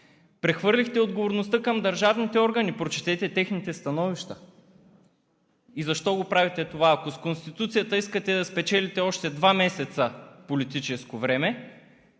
Прехвърлихте отговорността към държавните органи, прочетете техните становища. И защо го правите това? Ако с Конституцията искате да спечелите още два месеца политическо време